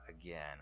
again